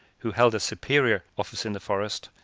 who held a superior office in the forest,